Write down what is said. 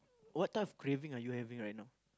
what type of craving are you having right now